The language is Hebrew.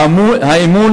האמון